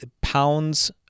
pounds